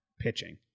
pitching